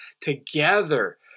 together